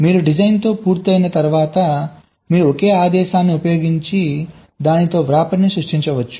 మీరు డిజైన్తో పూర్తయిన తర్వాత మీరు ఒకే ఆదేశాన్ని ఉపయోగించి దానితో వ్రాపర్ను సృష్టించవచ్చు